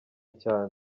cyane